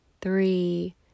three